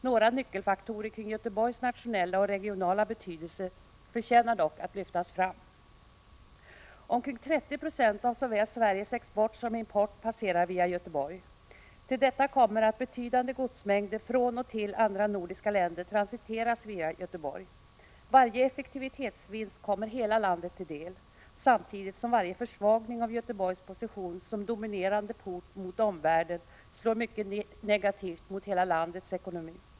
Några nyckelfaktorer kring Göteborgs nationella och regionala betydelse förtjänar dock att lyftas fram. Omkring 30 96 av Sveriges såväl export som import passerar via Göteborg. Till detta kommer att betydande godsmängder från och till andra nordiska länder transiteras via Göteborg. Varje effektivitetsvinst kommer hela landet till del, samtidigt som varje försvagning av Göteborgs position som dominerande port mot omvärlden slår mycket negativt mot hela landets ekonomi.